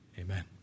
Amen